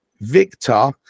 Victor